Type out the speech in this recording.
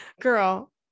Girl